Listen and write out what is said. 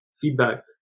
feedback